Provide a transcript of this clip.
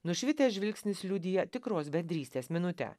nušvitęs žvilgsnis liudija tikros bendrystės minutę